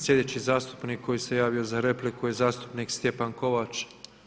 Sljedeći zastupnik koji se javio za repliku je zastupnik Stjepan Kovač.